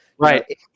right